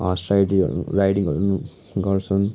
horse राइडिहरू राइडिङहरू पनि गर्छुन्